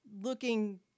looking